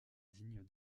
digne